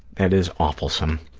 that is awfulsome.